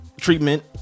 treatment